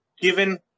given